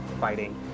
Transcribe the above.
fighting